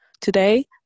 today